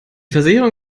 versicherung